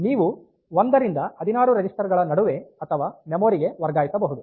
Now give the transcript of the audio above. ನೀವು 1 ರಿಂದ 16 ರಿಜಿಸ್ಟರ್ ಗಳ ನಡುವೆ ಅಥವಾ ಮೆಮೊರಿಗೆ ವರ್ಗಾಯಿಸಬಹುದು